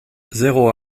zéro